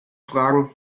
fragen